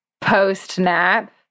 post-nap